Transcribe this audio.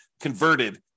converted